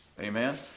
Amen